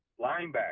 linebacker